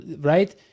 right